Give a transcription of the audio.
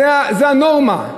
זו הנורמה.